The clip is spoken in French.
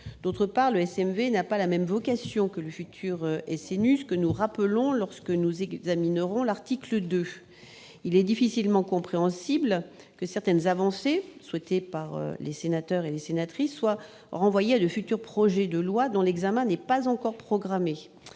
ailleurs, le SMV n'a pas la même vocation que le futur SNU, comme nous le rappellerons lors de l'examen de l'article 2, précédemment réservé. Il est difficilement compréhensible que certaines avancées souhaitées par les sénatrices et les sénateurs soient renvoyées à de futurs projets de loi dont l'examen n'est pas encore programmé.